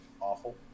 awful